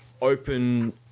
open